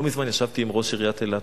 לא מזמן ישבתי עם ראש עיריית אילת.